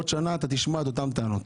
אתה תשמע את אותן טענות.